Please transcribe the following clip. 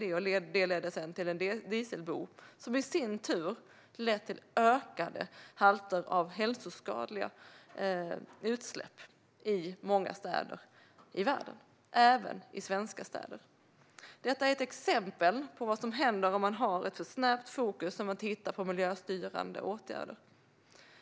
Detta ledde sedan till en dieselboom, som i sin tur lett till ökade halter av hälsoskadliga utsläpp i många städer i världen, även i svenska städer. Detta är ett exempel på vad som händer om man har ett för snävt fokus när man tittar på miljöstyrande åtgärder.